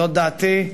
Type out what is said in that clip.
זאת דעתי.